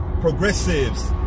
progressives